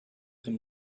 him